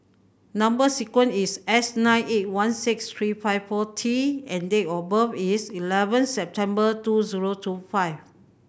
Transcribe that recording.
number sequence is S nine eight one six three five four T and date of birth is eleven September two zero two five